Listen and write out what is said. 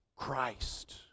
Christ